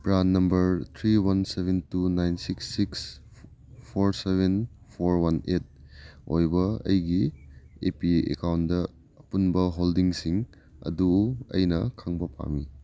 PRAN number three one seven two nine six six four seven four one eight ꯑꯣꯏꯕ ꯑꯩꯒꯤ A P ꯑꯦꯛꯀꯥꯎꯟꯗ ꯑꯄꯨꯟꯕ ꯍꯣꯜꯗꯣꯡꯁꯤꯡ ꯑꯗꯨ ꯑꯩꯅ ꯈꯪꯕ ꯄꯥꯝꯃꯤ